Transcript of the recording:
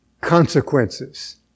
Consequences